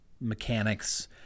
mechanics